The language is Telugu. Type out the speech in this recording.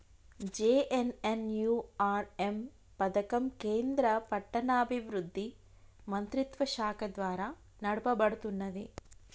జే.ఎన్.ఎన్.యు.ఆర్.ఎమ్ పథకం కేంద్ర పట్టణాభివృద్ధి మంత్రిత్వశాఖ ద్వారా నడపబడుతున్నది